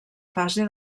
fase